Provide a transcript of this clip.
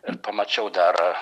ir pamačiau dar